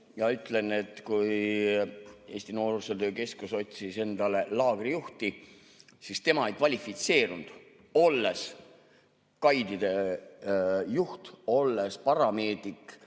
ja ütlen, et kui Eesti Noorsootöö Keskus otsis endale laagrijuhti, siis tema ei kvalifitseerunud, olles gaidide juht, olles parameedik,